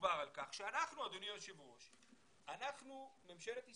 דובר על כך שאנחנו, ממשלת ישראל,